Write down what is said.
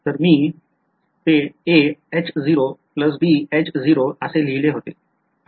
तर मी ते असे लिहिले होते